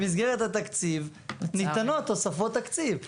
במסגרת התקציב ניתנות תוספות תקציב.